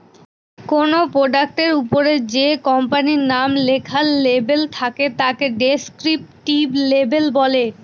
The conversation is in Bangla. কোনো প্রোডাক্টের ওপরে যে কোম্পানির নাম লেখার লেবেল থাকে তাকে ডেস্ক্রিপটিভ লেবেল বলে